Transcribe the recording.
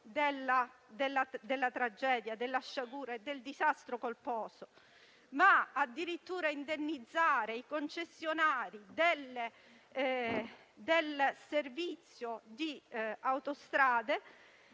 alle vittime della sciagura e del disastro colposo, ma addirittura ai concessionari del servizio di autostrade.